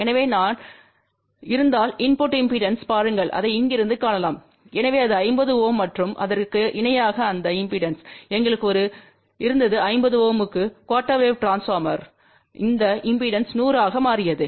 எனவே நான் இருந்தால் இன்புட்டு இம்பெடன்ஸ்ப் பாருங்கள் அதை இங்கிருந்து காணலாம் எனவே இது 50 Ω மற்றும் அதற்கு இணையாக அந்த இம்பெடன்ஸ் எங்களுக்கு ஒரு இருந்தது 50 Ω குஆர்டெர் வேவ் டிரான்ஸ்பார்மர் இந்த இம்பெடன்ஸ் 100 ஆக மாற்றியது